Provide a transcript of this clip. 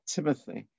Timothy